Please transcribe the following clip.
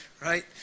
right